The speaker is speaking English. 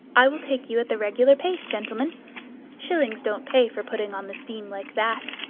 i will take you at the regular pace, gentlemen shillings don't pay for putting on the steam like that.